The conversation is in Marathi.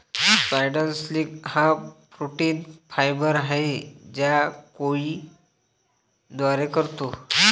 स्पायडर सिल्क हा प्रोटीन फायबर आहे जो कोळी द्वारे काततो